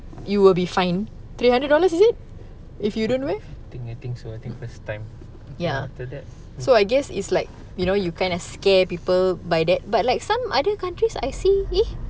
I think I think so I think first time then after that